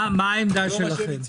מה העמדה שלכם?